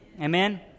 Amen